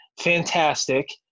fantastic